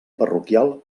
parroquial